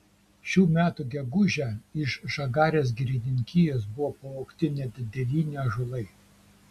šių metų gegužę iš žagarės girininkijos buvo pavogti net devyni ąžuolai